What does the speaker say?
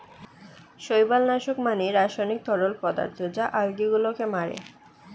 শৈবাল নাশক মানে রাসায়নিক তরল পদার্থ যা আলগী গুলোকে মারে